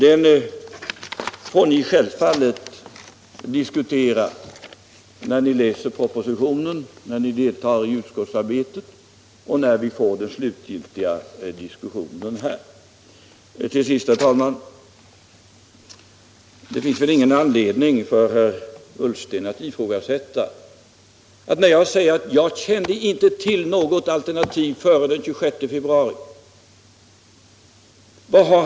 Den får ni självfallet diskutera när ni läser propositionen, när ni deltar i utskottsarbetet och när vi får den slutgiltiga diskussionen i riksdagen. Till sist, herr talman, finns det väl ingen anledning för herr Ullsten att ifrågasätta min uppgift när jag säger att jag inte kände till något alternativ av den art som vi nu presenterat före den 26 februari.